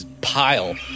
pile